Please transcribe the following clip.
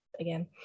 again